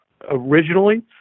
originally